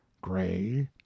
gray